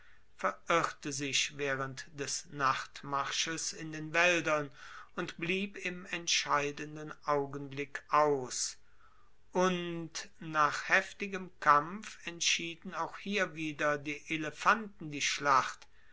verirrte sich waehrend des nachtmarsches in den waeldern und blieb im entscheidenden augenblick aus und nach heftigem kampf entschieden auch hier wieder die elefanten die schlacht